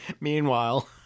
Meanwhile